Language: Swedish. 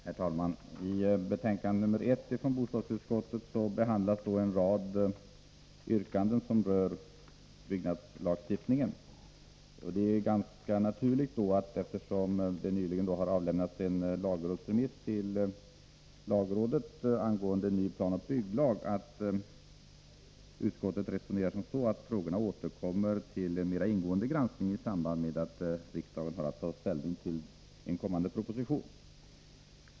Herr talman! I betänkande 1 från bostadsutskottet behandlas en rad yrkanden som rör byggnadslagstiftningen. Eftersom det nyligen har avlämnats en remiss till lagrådet angående en ny planoch bygglag är det ganska naturligt att utskottet resonerar så, att frågorna återkommer till en mer ingående granskning i samband med att riksdagen har att ta ställning till en kommande proposition.